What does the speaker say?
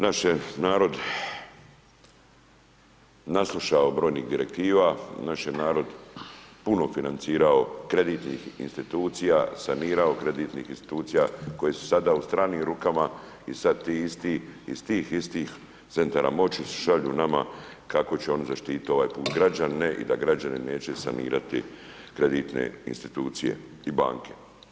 Naš se narod naslušao brojnih Direktiva, naš je narod puno financirao kreditnih institucija, sanirao kreditnih institucija koje su sada u stranim rukama i sad ti isti iz tih istih centara moći šalju nama kako će oni zaštititi ovaj put građane i da građani neće sanirati kreditne institucije i banke.